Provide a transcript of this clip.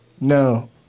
No